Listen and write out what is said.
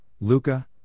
Luca